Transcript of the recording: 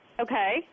Okay